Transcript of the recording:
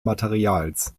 materials